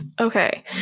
okay